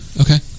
Okay